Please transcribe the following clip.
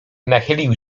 nachylił